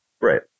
right